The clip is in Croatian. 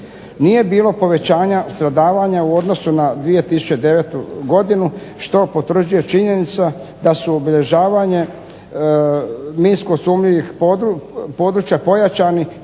Nije bilo povećanja stradavanja u odnosu na 2009. godinu što potvrđuje činjenica da su obilježavanje minsko sumnjivih područja i pojačani